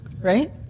right